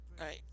Right